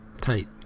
tight